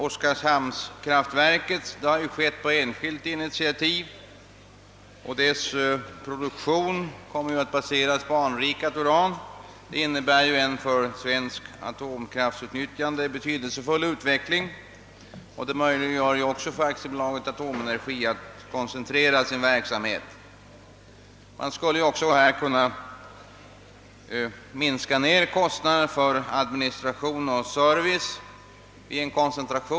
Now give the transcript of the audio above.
Oskarshamnskraftverkets tillkomst har skett på enskilt initiativ. Dess produktion kommer att baseras på anrikat uran. Detta innebär en för svensk atomkrafts utnyttjande betydelsefull utveckling, och det möjliggör också för Aktiebolaget Atomenergi att koncentrera sin verksamhet. Man skulle här också kunna minska kostnaderna för administration och service.